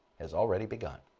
has already begun.